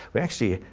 we actually,